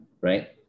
right